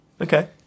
Okay